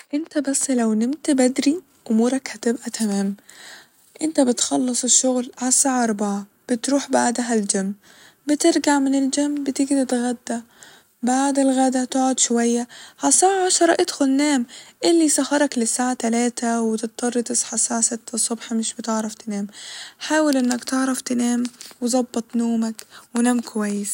انت بس لو نمت بدري أمورك هتبقى تمام ، انت بتخلص الشغل ع الساعة أربعة بتروح بعدها الجيم ، بترجع من الجيم بتيجي تتغدى بعد الغدا تقعد شوية ، ع الساعة عشرة ادخل نام ، ايه اللي يسهرك للساعة تلاتة و تضطر تصحى الساعة ستة الصبح مش بتعرف تنام ، حاول انك تعرف تنام وظبط نومك ونام كويس